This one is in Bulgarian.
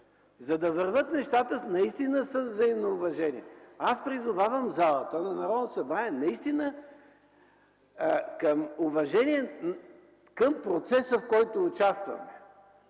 за да вървят нещата наистина с взаимно уважение! Аз призовавам залата на Народното събрание за уважение към процеса, в който участваме.